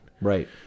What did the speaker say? Right